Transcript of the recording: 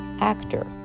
actor